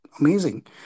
amazing